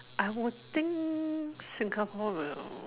I would think Singapore will